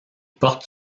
porte